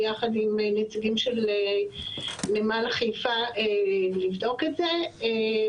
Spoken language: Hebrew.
ביחד עם נציגים של נמל חיפה לבדוק את זה.